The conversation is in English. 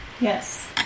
Yes